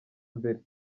mbere